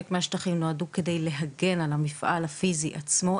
מהשטחים נועדו על מנת להגן על המפעל הפיזי עצמו,